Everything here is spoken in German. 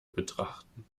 betrachten